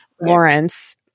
Lawrence